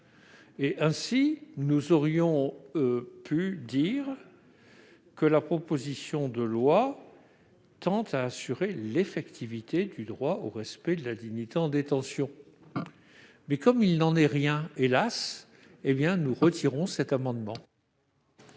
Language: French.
Ainsi, nous aurions pu dire que la proposition de loi tend « à assurer l'effectivité du droit au respect de la dignité en détention ». Comme il n'en est rien, hélas, nous retirons cet amendement.